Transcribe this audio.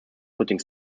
putting